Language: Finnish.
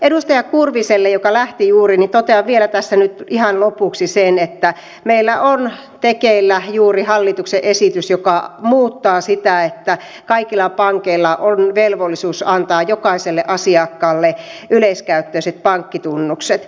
edustaja kurviselle joka lähti juuri totean vielä tässä nyt ihan lopuksi sen että meillä on tekeillä juuri hallituksen esitys joka muuttaa sitä että kaikilla pankeilla on velvollisuus antaa jokaiselle asiakkaalle yleiskäyttöiset pankkitunnukset